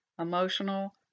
emotional